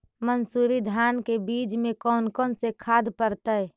मंसूरी धान के बीज में कौन कौन से खाद पड़तै?